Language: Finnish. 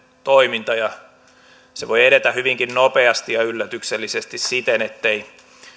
toiminta voi edetä hyvinkin nopeasti ja yllätyksellisesti siten ettei